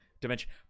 dimension